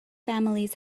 families